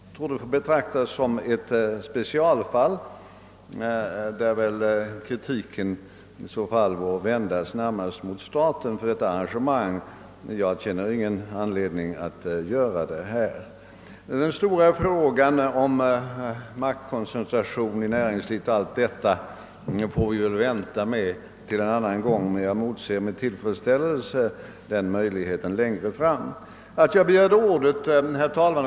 Det torde få betraktas som ett specialfall, för vilket en eventuell kritik väl närmast borde riktas mot staten — jag känner inget behov av att framföra någon kritik på den punkten. Den stora frågan om maktkoncentrationen i näringslivet får vi väl tillfälle att diskutera vid ett annat tillfälle; jag motser med tillfredsställelse den möjligheten längre fram.